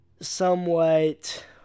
somewhat